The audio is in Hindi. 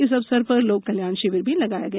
इस अवसर पर लोक कल्याण शिविर भी लगाया गया